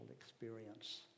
experience